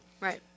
Right